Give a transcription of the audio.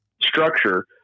structure